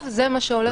עכשיו זה מה שהולך.